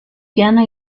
piano